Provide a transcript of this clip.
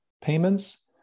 payments